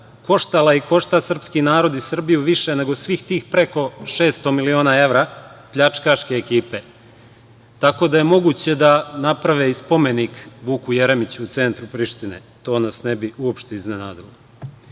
koštala je i košta srpski narod i Srbiju više nego svih tih preko 600 miliona evra pljačkaške ekipe. Tako da je moguće da naprave i spomenik Vuku Jeremiću u centru Prištine. To nas ne bi uopšte iznenadilo. Vole